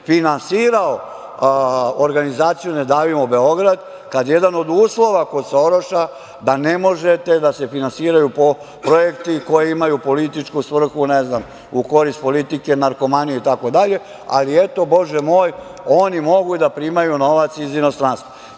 finansirao organizaciju "Ne davimo Beograd", kad je jedan od uslova kod Soroša da ne mogu da se finansiraju projekti koji imaju političku svrhu, u korist politike, narkomanije, itd. Ali, eto, bože moj, oni mogu da primaju novac iz inostranstva,